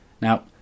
Now